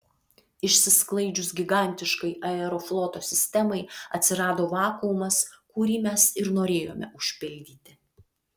išsiskaidžius gigantiškai aerofloto sistemai atsirado vakuumas kurį mes ir norėjome užpildyti